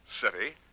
City